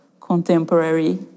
contemporary